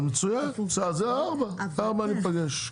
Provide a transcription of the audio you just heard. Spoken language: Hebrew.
אז מצוין, ב-16:00 ניפגש.